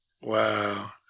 Wow